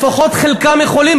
לפחות חלקם יכולים.